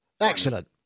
Excellent